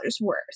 worth